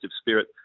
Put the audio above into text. spirit